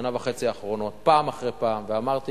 שנה וחצי האחרונות פעם אחרי פעם ואמרתי